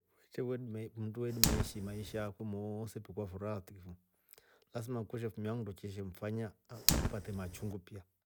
Kwetre we ilima- mndu elima iishi maisha yakwe moose piu kwa furaha tu fo, lasma kwetre fumia nndo cheshemfanya apate machungu pia.